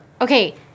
Okay